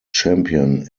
champion